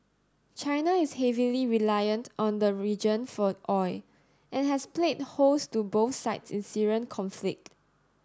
China is heavily reliant on the region for oil and has played host to both sides in Syrian conflict